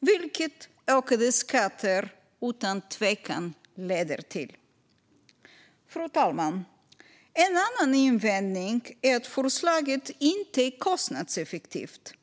vilket ökade skatter utan tvekan leder till. Fru talman! En annan invändning är att förslaget inte är kostnadseffektivt.